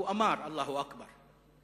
הוא לא צעק "אללה אכבר", הוא אמר "אללה אכבר",